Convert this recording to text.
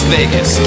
Vegas